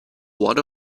what